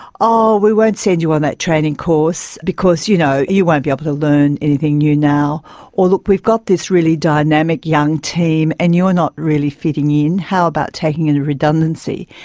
oh, we won't send you on that training course because you know you won't be able to learn anything new now or, look, we've got this really dynamic young team and you're not really fitting in, how about taking a redundancy?